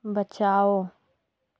बचाओ